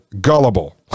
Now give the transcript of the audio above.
gullible